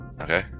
Okay